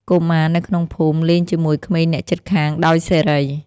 កុមារនៅក្នុងភូមិលេងជាមួយក្មេងអ្នកជិតខាងដោយសេរី។